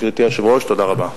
גברתי היושבת-ראש, תודה רבה.